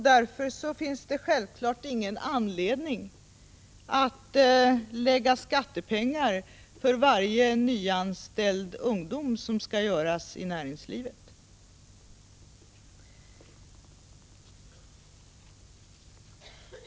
Därför finns det självfallet ingen anledning att lägga skattepengar för varje nyanställd ungdom i näringslivet.